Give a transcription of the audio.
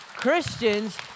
Christians